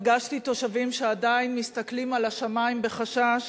פגשתי תושבים שעדיין מסתכלים על השמים בחשש,